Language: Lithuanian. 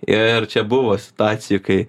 ir čia buvo situacijų kai